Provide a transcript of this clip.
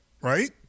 Right